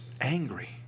angry